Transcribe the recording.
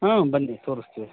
ಹಾಂ ಬನ್ನಿ ತೋರಿಸ್ತೀವಿ